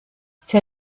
sie